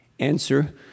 Answer